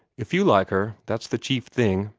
if you like her, that's the chief thing.